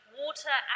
water